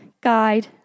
guide